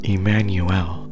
Emmanuel